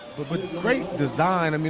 but but great design. i mean